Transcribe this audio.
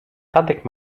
tadek